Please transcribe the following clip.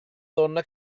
donna